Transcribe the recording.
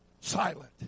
silent